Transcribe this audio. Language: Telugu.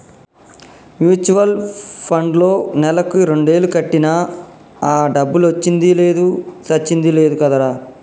మ్యూచువల్ పండ్లో నెలకు రెండేలు కట్టినా ఆ డబ్బులొచ్చింది లేదు సచ్చింది లేదు కదరా